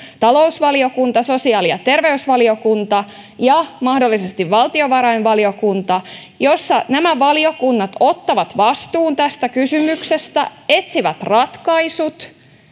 talousvaliokunta sosiaali ja terveysvaliokunta ja mahdollisesti valtiovarainvaliokunta ja jossa nämä valiokunnat ottavat vastuun tästä kysymyksestä etsivät ratkaisut